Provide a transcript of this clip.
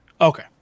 Okay